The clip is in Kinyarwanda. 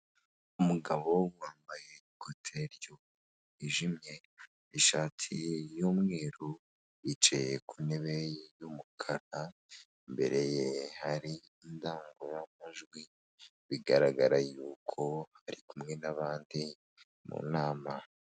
Umugabo wambaye ikote ryijimye n'ishati y'umweru yicaye ku ntebe y'umukara, imbere ye hari indangururamajwi bigaragara yuko ari kumwe n'abandi mu nama.